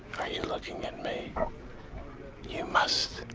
are you looking at me? you must